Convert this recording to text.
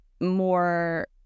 more